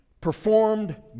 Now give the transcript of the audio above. performed